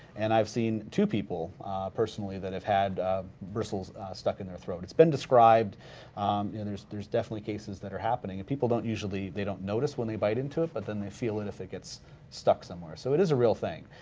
and i've seen two people personally that have had bristles stuck in their throat. it's been described and there's there's definitely cases that are happening and people don't usually, they don't notice when they bite into it but then they feel it if it gets stuck somewhere. so it is a real thing,